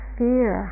fear